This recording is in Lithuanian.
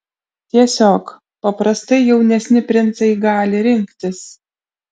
tiesiog paprastai jaunesni princai gali rinktis